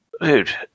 Dude